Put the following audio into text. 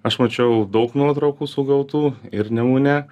aš mačiau daug nuotraukų sugautų ir nemune